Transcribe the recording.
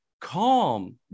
calm